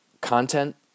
content